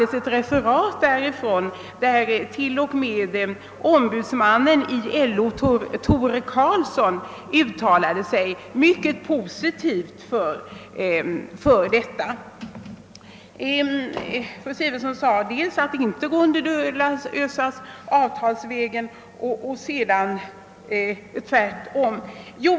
Enligt ett referat därifrån uttalade sig t.o.m. ombudsmannen i LO Tore Karlson mycket positivt för tanken på ett sabbatsår. Fru Sigurdsen sade dels att frågan inte går att lösa avtalsvägen, dels tvärtom.